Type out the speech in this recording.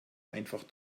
einfach